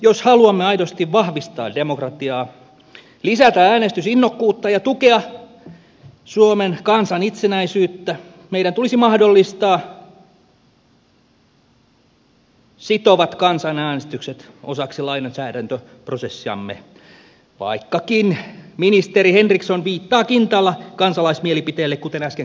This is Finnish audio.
jos haluamme aidosti vahvistaa demokratiaa lisätä äänestysinnokkuutta ja tukea suomen kansan itsenäisyyttä meidän tulisi mahdollistaa sitovat kansanäänestykset osaksi lainsäädäntöprosessiamme vaikkakin ministeri henriksson viittaa kintaalla kansalaismielipiteelle kuten äsken kuulimme